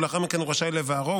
ולאחר מכן הוא רשאי לבערו,